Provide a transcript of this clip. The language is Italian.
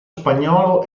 spagnolo